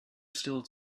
still